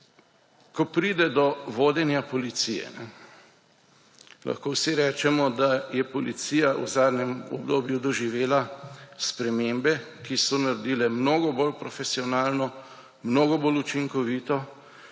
Ko pride do vodenja Policije, lahko vsi rečemo, da je policija v zadnjem obdobju doživela spremembe, ki so naredile mnogo bolj profesionalno, mnogo bolj učinkovito